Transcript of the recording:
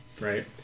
right